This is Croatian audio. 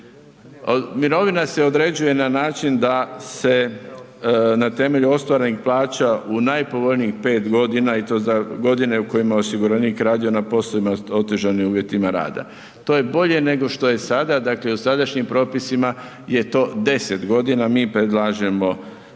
Mirovina se određuje na način da se na temelju ostvarenih plaća u najpovoljnijih 5 godina i to za godine u kojima osiguranik radio na poslovima s otežanim uvjetima rada. To je bolje nego što se sada. Dakle, u sadašnjim propisima je to 10 godina, mi predlažemo 5